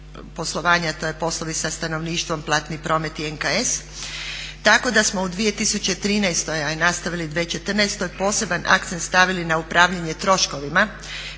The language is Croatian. poslovanja to su poslovi sa stanovništvom, platni promet i NKS. Tako da smo u 2013. a i nastavili u 2014. poseban akcent stavili na upravljanje troškovima